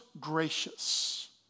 gracious